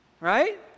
Right